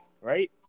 right